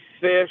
fish